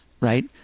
right